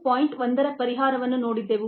ರ ಪರಿಹಾರವನ್ನು ನೋಡಿದ್ದೆವು